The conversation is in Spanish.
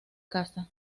casa